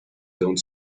don’t